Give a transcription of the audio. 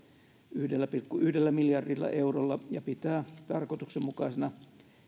yhdellä pilkku yhdellä miljardilla eurolla ja pitää tarkoituksenmukaisena